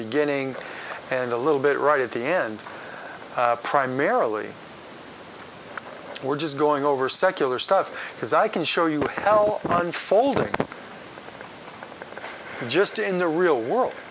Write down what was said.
beginning and a little bit right at the end primarily we're just going over secular stuff because i can show you how unfolding just in the real world